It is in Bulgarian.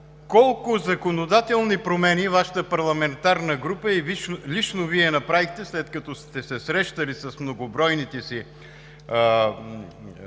колко законодателни промени Вашата парламентарна група и лично Вие направихте, след като сте се срещали с многобройните си избиратели